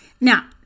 Now